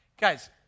guys